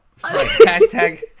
Hashtag